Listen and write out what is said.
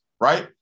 right